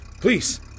Please